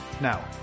Now